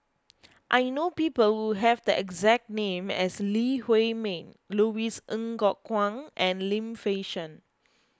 I know people who have the exact name as Lee Huei Min Louis Ng Kok Kwang and Lim Fei Shen